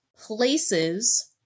places